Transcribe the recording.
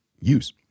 use